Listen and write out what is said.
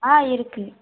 ஆ இருக்குது